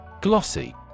Glossy